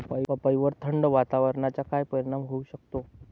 पपईवर थंड वातावरणाचा काय परिणाम होऊ शकतो?